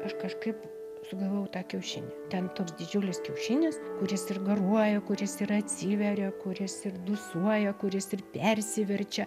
aš kažkaip sugalvojau tą kiaušinį ten toks didžiulis kiaušinis kuris ir garuoja kuris ir atsiveria kuris ir dūsuoja kuris ir persiverčia